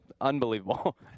unbelievable